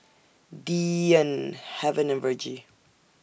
Deeann Haven and Virgie